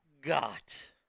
got